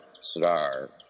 star